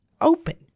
open